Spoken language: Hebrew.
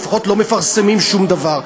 או לפחות לא מפרסמים שום דבר,